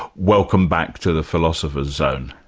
welcome back to the philosopher's zone.